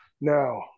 Now